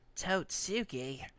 totsuki